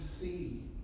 see